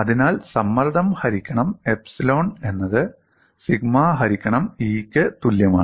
അതിനാൽ സമ്മർദ്ദം ഹരിക്കണം എപ്സിലോൺ എന്നത് സിഗ്മ ഹരിക്കണം E ക്ക് തുല്യമാണ്